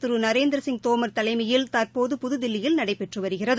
திரு நரேந்திரசிங் தோமர் தலைமையில் தற்போது புதுதில்லியில் நடைபெற்று வருகிறது